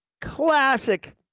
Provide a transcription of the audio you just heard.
classic